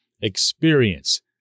experience